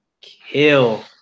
kill